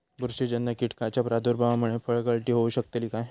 बुरशीजन्य कीटकाच्या प्रादुर्भावामूळे फळगळती होऊ शकतली काय?